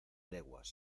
leguas